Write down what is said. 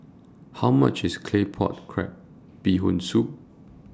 How much IS Claypot Crab Bee Hoon Soup